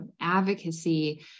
advocacy